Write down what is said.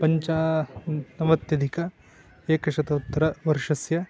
पञ्च नवत्यधिक एकशतोत्तरवर्षस्य